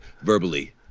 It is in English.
verbally